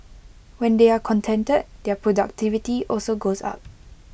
when they are contented their productivity also goes up